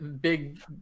big